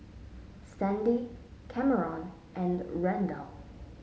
Sandy Kameron and Randall